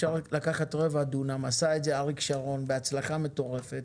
אפשר לקחת רבע דונם עשה את זה אריק שרון בהצלחה מטורפת: